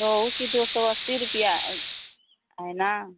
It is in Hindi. रोहू की दो सौ अस्सी रुपिया है ना